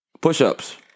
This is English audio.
Push-ups